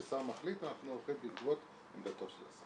כששר מחליט אנחנו הולכים בעקבות עמדתו של השר.